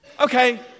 Okay